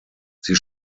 sie